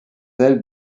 ailes